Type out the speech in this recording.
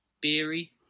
beery